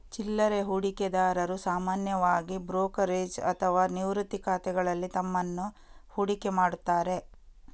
ಚಿಲ್ಲರೆ ಹೂಡಿಕೆದಾರರು ಸಾಮಾನ್ಯವಾಗಿ ಬ್ರೋಕರೇಜ್ ಅಥವಾ ನಿವೃತ್ತಿ ಖಾತೆಗಳಲ್ಲಿ ತಮ್ಮನ್ನು ಹೂಡಿಕೆ ಮಾಡುತ್ತಾರೆ